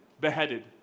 beheaded